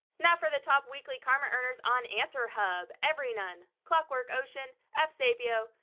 now for the top weekly karma earners on answerhub. everynone, clockworkocean, fsapio,